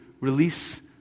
release